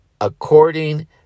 according